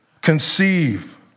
conceive